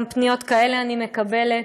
גם פניות כאלה אני מקבלת,